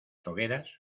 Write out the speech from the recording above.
hogueras